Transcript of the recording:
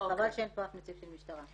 חבל שאין פה אף נציג של המשטרה.